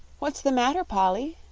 what's the matter, polly?